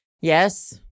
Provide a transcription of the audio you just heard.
yes